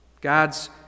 God's